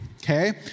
okay